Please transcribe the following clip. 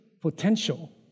potential